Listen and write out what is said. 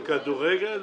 מכדורגל?